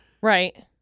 Right